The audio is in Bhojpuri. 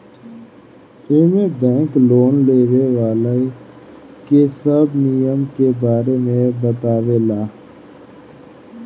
एमे बैंक लोन लेवे वाला के सब नियम के बारे में बतावे ला